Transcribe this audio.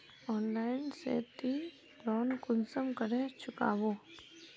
Online से ती loan कुंसम करे चुकाबो?